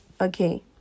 Okay